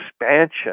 expansion